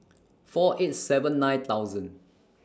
four eight seven nine thousand